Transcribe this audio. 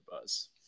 Buzz